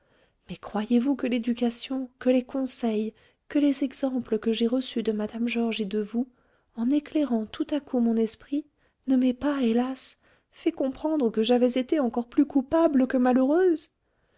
mais croyez-vous que l'éducation que les conseils que les exemples que j'ai reçus de mme georges et de vous en éclairant tout à coup mon esprit ne m'aient pas hélas fait comprendre que j'avais été encore plus coupable que malheureuse